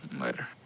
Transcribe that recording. Later